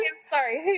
sorry